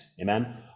Amen